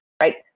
right